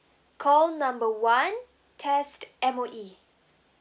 call number one test M_O_E